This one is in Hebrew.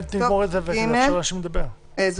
זה